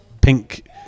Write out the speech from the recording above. pink